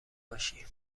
باشی